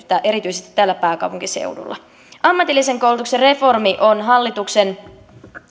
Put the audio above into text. erityisesti täällä pääkaupunkiseudulla ammatillisen koulutuksen reformi on hallituksen